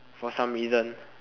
for some reason